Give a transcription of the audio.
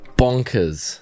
bonkers